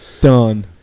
done